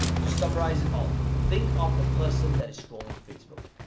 to summarize it all, think of the person that is scrolling facebook.